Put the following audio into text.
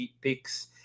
picks